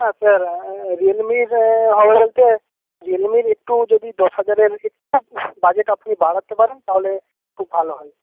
হ্যাঁ স্যার রিয়েলমির হবে বলতে রিয়েলমির একটু যদি দশ হাজারের একটু বাজেট আপনি বাড়াতে পারেন তাহলে খুব ভালো হয়